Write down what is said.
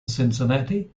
cincinnati